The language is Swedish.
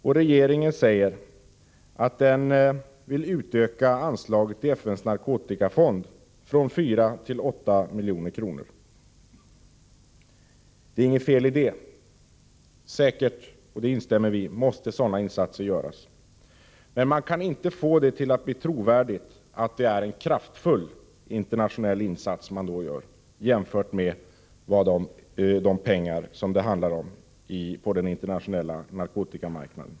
Och regeringen säger att den vill utöka anslaget till FN:s narkotikafond från 4-8 milj.kr. Det är inget fel i det. Säkert, och det instämmer vi i, måste sådana insatser göras. Men man kan inte få det till att bli trovärdigt att det är en kraftfull internationell insats man då gör jämfört med de pengar som det handlar om på den internationella narkotikamarknaden.